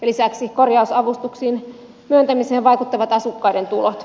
lisäksi korjausavustusten myöntämiseen vaikuttavat asukkaiden tulot